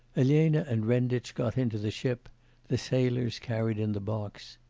elena and renditch got into the ship the sailors carried in the box.